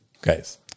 guys